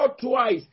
twice